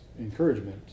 encouragement